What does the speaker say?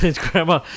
grandma